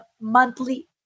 monthly